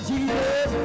Jesus